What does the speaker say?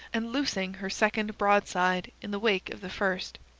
and loosing her second broadside in the wake of the first.